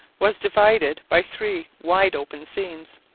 was divided by three wide open seams,